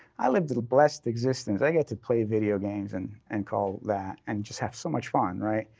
i lived a blessed existence. i get to play video games and and call that and just have so much fun, right?